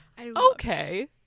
okay